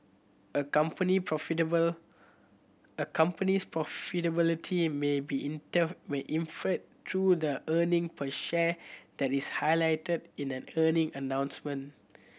a company profitable a company's profitability may be inferred through the earning per share that is highlighted in an earning announcement